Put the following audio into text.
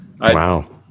Wow